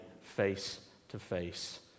face-to-face